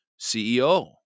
CEO